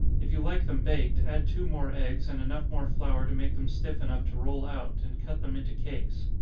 if you like them baked, add two more eggs, and enough more flour to make them stiff enough to roll out, and cut them into cakes.